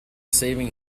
saving